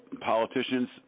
politicians